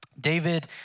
David